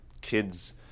kids